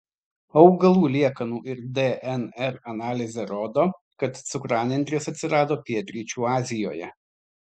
augalų liekanų ir dnr analizė rodo kad cukranendrės atsirado pietryčių azijoje